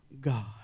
God